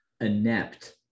inept